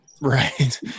Right